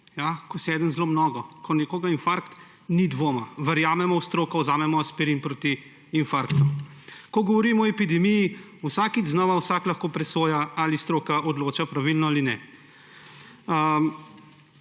ko si nekdo zlomi nogo, ko nekoga infarkt, ni dvoma, verjamemo v stroko, vzamemo aspirin proti infarktu. Ko govorimo o epidemiji, vsakič znova vsak lahko presoja, ali stroka odloča pravilno ali ne.